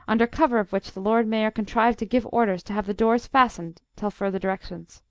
under cover of which the lord mayor contrived to give orders to have the doors fastened till further directions.